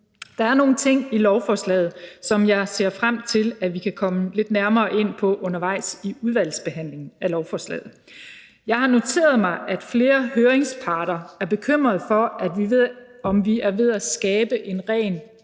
Der er nogle ting i lovforslaget, som jeg ser frem til at vi kan komme lidt nærmere ind på undervejs i udvalgsbehandlingen af lovforslaget. Jeg har noteret mig, at flere høringsparter er bekymrede for, om vi er ved at skabe en ren grøn